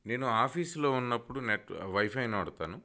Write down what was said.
నేను ఆఫీస్లో ఉన్నప్పుడు నెట్ వైఫైని వాడతాను